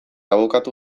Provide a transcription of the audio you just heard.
abokatu